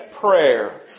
prayer